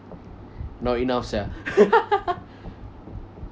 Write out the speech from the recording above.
not enough sia